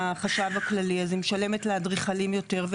החשב הכללי אז היא משלמת לאדריכלים יותר,